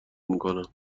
میکنم